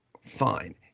Fine